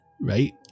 right